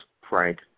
Frank